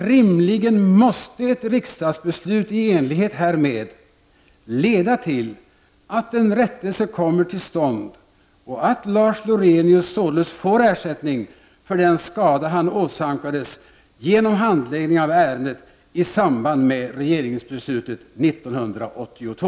Rimligen måste ett riksdagsbeslut i enlighet härmed leda till att en rättelse kommer till stånd och att Lars Lorenius således får ersättning för den skada han åsamkades genom handläggningen av ärendet i samband med regeringsbeslutet 1982.